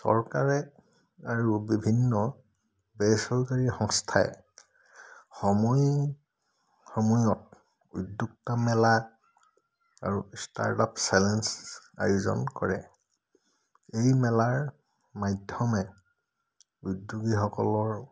চৰকাৰে আৰু বিভিন্ন বেচৰকাৰী সংস্থাই সময়ে সময়ত উদ্যোক্তা মেলা আৰু ষ্টাৰ্টআপ চেলেঞ্জ আয়োজন কৰে এই মেলাৰ মাধ্যমে উদ্যোগীসকলৰ